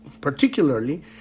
particularly